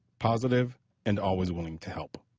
positive and always willing to help.